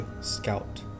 Scout